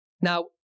Now